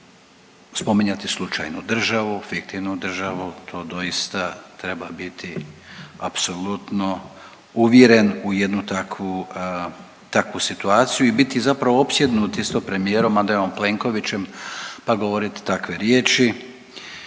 spominjati slučajnu državu, fiktivnu državu, to doista treba biti apsolutno uvjeren u jednu takvu situaciju i biti zapravo opsjednut isto premijerom Andrejem Plenkovićem pa govoriti takve riječi.